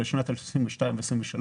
בשנת 2022 ו-2023,